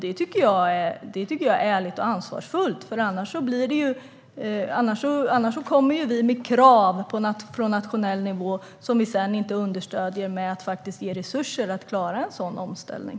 Det tycker jag är ärligt och ansvarsfullt. Annars kommer vi med krav från nationell nivå som vi sedan inte understöder genom att ge resurser att klara en sådan omställning.